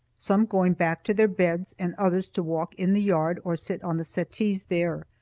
some going back to their beds and others to walk in the yard or sit on the settees there.